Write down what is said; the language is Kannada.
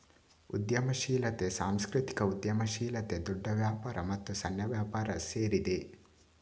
ಉದ್ಯಮಶೀಲತೆ, ಸಾಂಸ್ಕೃತಿಕ ಉದ್ಯಮಶೀಲತೆ, ದೊಡ್ಡ ವ್ಯಾಪಾರ ಮತ್ತು ಸಣ್ಣ ವ್ಯಾಪಾರ ಸೇರಿವೆ